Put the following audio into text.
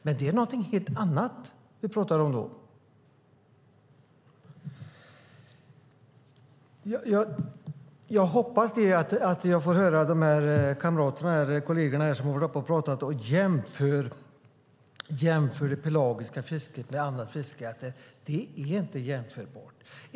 Men det är någonting helt annat vi pratar om då. Jag hoppas att jag får höra de kolleger som har jämfört det pelagiska fisket med annat fiske säga att det inte är jämförbart.